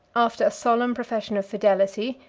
after a solemn profession of fidelity,